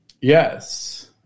Yes